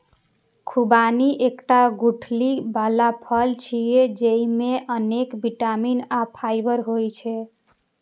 खुबानी एकटा गुठली बला फल छियै, जेइमे अनेक बिटामिन आ फाइबर होइ छै